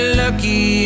lucky